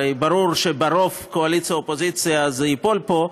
הרי ברור שברוב קואליציה אופוזיציה זה ייפול פה,